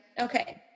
Okay